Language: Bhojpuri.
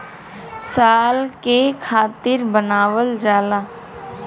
साल के खातिर बनावल जाला